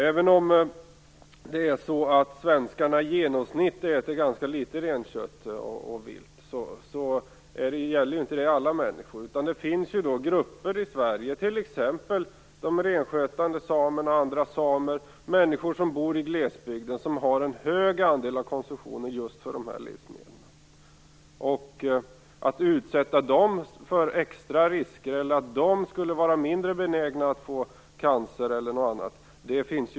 Svenskarna äter visserligen i genomsnitt ganska litet renkött och viltkött, men det gäller ju inte för alla människor. Det finns glesbygdsgrupper i Sverige, t.ex. de renskötande samerna och andra samer, som har en hög andel av konsumtion just av dessa livsmedel. Det finns inga rimliga motiv för att utsätta dem för extra risker eller för att tro att de skulle vara mindre benägna att få t.ex. cancer.